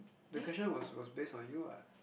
the question was was based on you [what]